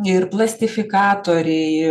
ir plastifikatoriai